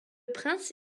prince